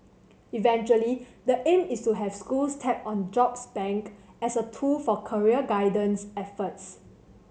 eventually the aim is to have schools tap on the jobs bank as a tool for career guidance efforts